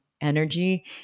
energy